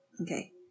Okay